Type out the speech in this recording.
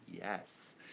yes